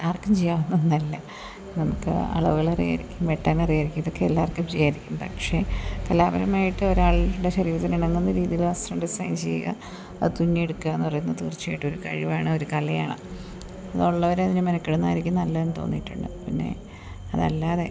ആർക്കും ചെയ്യാവുന്ന ഒന്നല്ല നമുക്ക് അളവുകളറിയുമായിരിക്കും വെട്ടാനറിയുമായിരിക്കും ഇതൊക്കെ എല്ലാവർക്കും ചെയ്യുമായിരിക്കും പക്ഷേ കലാപരമായിട്ട് ഒരാളുടെ ശരീരത്തിനിണങ്ങുന്ന രീതിയിൽ വസ്ത്രം ഡിസൈൻ ചെയ്യുക അത് തുന്നിയെടുക്കുകയെന്നു പറയുന്നത് തീർച്ചയായിട്ടുമൊരു കഴിവാണ് ഒരു കലയാണ് അതുള്ളവരതിന് മെനക്കെടുന്നതായിരിക്കും നല്ലതെന്നു തോന്നിയിട്ടുണ്ട് പിന്നേ അതല്ലാതെ